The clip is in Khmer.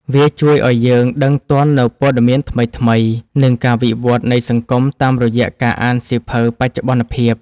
វាជួយឱ្យយើងដឹងទាន់នូវព័ត៌មានថ្មីៗ និងការវិវត្តនៃសង្គមតាមរយៈការអានសៀវភៅបច្ចុប្បន្នភាព។